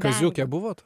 kaziuke buvot